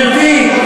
נביא.